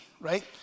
right